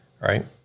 right